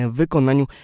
wykonaniu